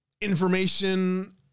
information